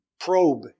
probe